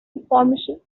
information